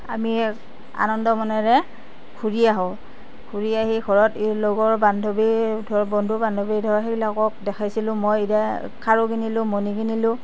আমি আনন্দ মনেৰে ঘূৰি আহোঁ ঘূৰি আহি ঘৰত এই লগৰ বান্ধবী ধৰ বন্ধু বান্ধৱী ধৰ সেইবিলাকক দেখাইছিলোঁ মই এইয়া খাৰু কিনিলোঁ মণি কিনিলোঁ